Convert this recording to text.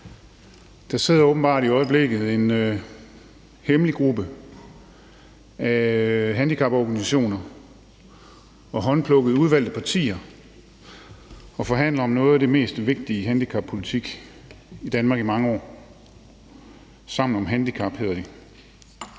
Der sidder åbenbart i øjeblikket en hemmelig gruppe handicaporganisationer og håndplukkede udvalgte partier og forhandler om noget det mest vigtige handicappolitik i Danmark i mange år, nemlig Sammen om handicap, som det